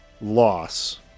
loss